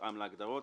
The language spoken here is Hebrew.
שתותאם להגדרות.